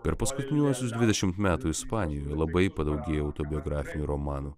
per paskutiniuosius dvidešimt metų ispanijoj labai padaugėjo autobiografinių romanų